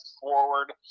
forward